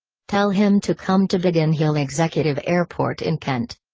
tell him to come to biggin hill executive airport in kent.